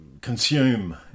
consume